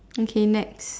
okay next